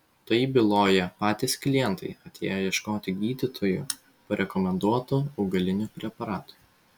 tai byloja patys klientai atėję ieškoti gydytojų parekomenduotų augalinių preparatų